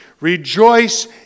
Rejoice